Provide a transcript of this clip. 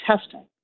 testing